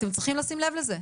אתם צריכים לשים לב לזה.